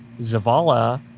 Zavala